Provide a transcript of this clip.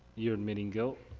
you're admitting guilt?